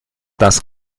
das